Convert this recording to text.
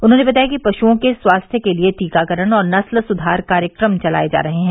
उन्होंने बताया कि पशुओं के स्वास्थ्य के लिये टीकाकरण और नस्ल सुधार कार्यक्रम चलाये जा रहे हैं